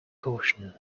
caution